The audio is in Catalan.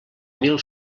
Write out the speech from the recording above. mil